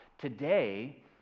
Today